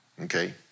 Okay